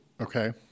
Okay